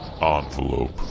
Envelope